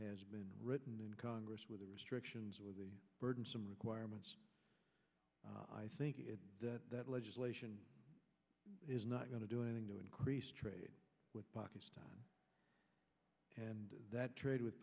has been written in congress where the restrictions would be burdensome requirements i think it legislation is not going to do anything to increase trade with pakistan and that trade with